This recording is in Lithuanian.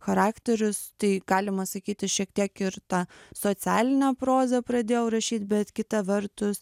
charakterius tai galima sakyti šiek tiek ir tą socialinę prozą pradėjau rašyt bet kita vertus